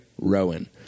Rowan